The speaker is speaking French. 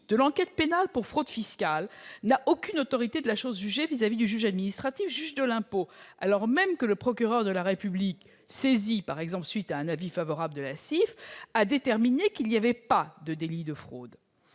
de l'enquête pénale pour fraude fiscale n'a aucune autorité de la chose jugée vis-à-vis du juge administratif, juge de l'impôt, alors même que le procureur de la République, saisi par exemple à la suite d'un avis favorable de la CIF, a déterminé qu'il n'y avait pas de délit de fraude.